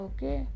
Okay